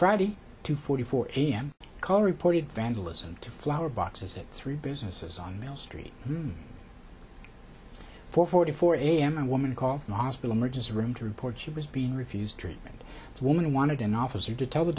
friday two forty four a m call reported vandalism to flower boxes at three businesses on mill street four forty four a m a woman called the hospital emergency room to report she was being refused treatment the woman wanted an officer to tell the